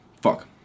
Fuck